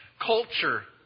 culture